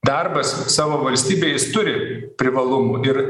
darbas savo valstybėj jis turi privalumų ir